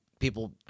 people